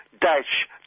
dash